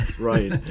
right